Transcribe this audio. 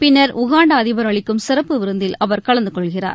பின்னர் உகாண்டாஅதிபர் அளிக்கும் சிறப்பு விருந்தில் அவர் கலந்துகொள்கிறார்